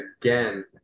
again